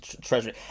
treasury